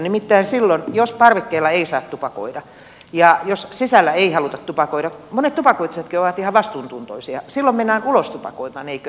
nimittäin silloin jos parvekkeella ei saa tupakoida ja jos sisällä ei haluta tupakoida monet tupakoitsijatkin ovat ihan vastuuntuntoisia silloin mennään ulos tupakoimaan eikö